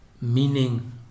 meaning